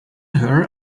her